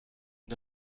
une